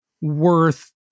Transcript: worth